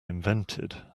invented